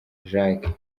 jacques